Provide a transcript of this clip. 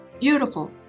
beautiful